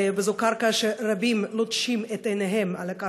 וזו קרקע שרבים לוטשים את עיניהם אליה,